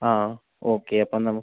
ആ ഓക്കെ അപ്പം നമ